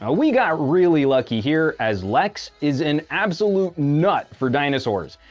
ah we got really lucky here, as lex is an absolute nut for dinosaurs,